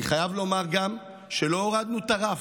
אני חייב לומר גם שלא הורדנו את הרף.